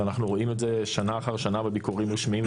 אנחנו רואים את זה שנה אחר שנה בביקורים רשמיים,